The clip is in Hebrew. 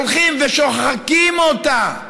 הולכים ושוחקים אותה,